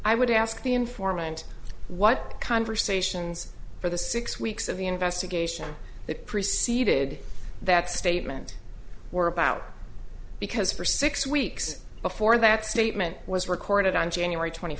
i would ask the informant what conversations for the six weeks of the investigation that preceded that statement were about because for six weeks before that statement was recorded on january twenty